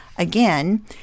Again